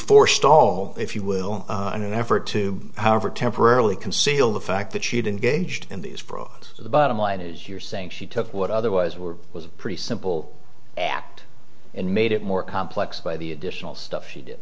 forestall if you will in an effort to however temporarily conceal the fact that she didn't gauged these frauds the bottom line is you're saying she took what otherwise were was a pretty simple act and made it more complex by the additional stuff she did